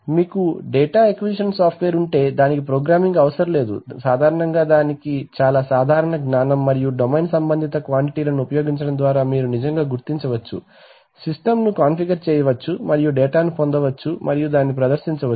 మీకు data acquisition software ఉంటే దానికి ప్రోగ్రామింగ్ అవసరం లేదు సాధారణంగా దీనికి చాలా సాధారణ జ్ఞానం మరియు డొమైన్ సంబంధిత క్వాంటీటీ లను ఉపయోగించడం ద్వారా మీరు నిజంగా గుర్తించవచ్చు సిస్టమ్ను కాన్ఫిగర్ చేయవచ్చు మరియు డేటాను పొందవచ్చు మరియు దానిని ప్రదర్శించవచ్చు